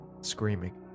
screaming